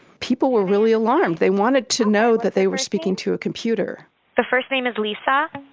people were really alarmed, they wanted to know that they were speaking to a computer the first name is lisa